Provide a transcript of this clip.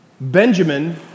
Benjamin